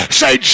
say